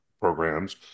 programs